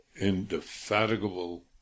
indefatigable